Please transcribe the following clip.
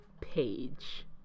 page